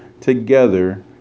together